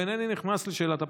ואינני נכנס לשאלת הפיצוי,